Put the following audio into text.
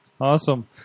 Awesome